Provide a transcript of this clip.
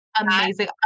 amazing